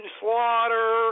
Slaughter